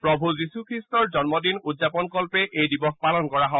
প্ৰভু যীশুখ্ৰীষ্টৰ জন্মদিন উদযাপন কল্পে এই দিৱস পালন কৰা হয়